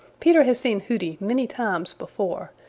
peter has seen hooty many times before,